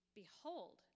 Behold